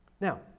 Now